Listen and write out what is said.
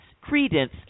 credence